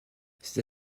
c’est